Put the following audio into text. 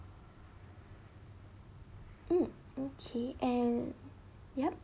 mm okay and yup